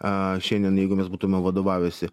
a šiandien jeigu mes būtume vadovavęsi